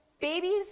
babies